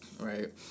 right